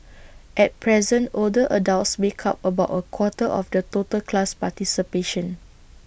at present older adults make up about A quarter of the total class participation